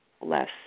less